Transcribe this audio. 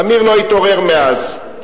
אמיר לא התעורר מאז.